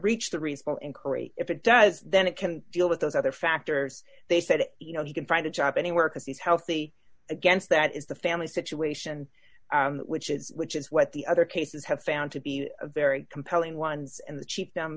create if it does then it can deal with those other factors they said you know he can find a job anywhere because he's healthy against that is the family situation which is which is what the other cases have found to be very compelling ones and the cheap